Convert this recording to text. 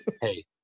Hey